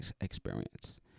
experience